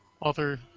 author